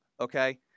Okay